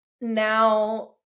now